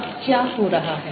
अब क्या हो रहा है